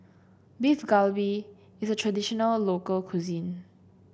Beef Galbi is a traditional local cuisine